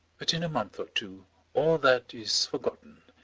but in a month or two all that is forgotten,